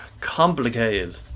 complicated